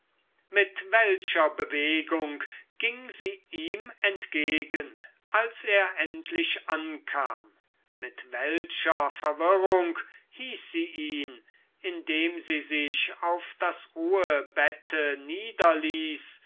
mit welcher bewegung ging sie ihm entgegen als er endlich ankam mit welcher verwirrung hieß sie ihn indem sie sich auf das ruhebette niederließ